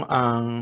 ang